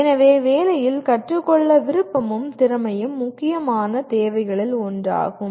எனவே வேலையில் கற்றுக்கொள்ள விருப்பமும் திறமையும் முக்கியமான தேவைகளில் ஒன்றாகும்